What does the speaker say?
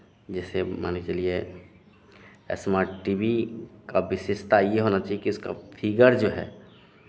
जैसे माने चलिए स्मार्ट टी वी का विशेषता ये होना चहिए कि उसका फ़िगर जो है